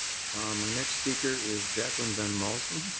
my next speaker is jacqueline van mallson.